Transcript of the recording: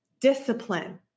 discipline